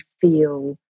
feel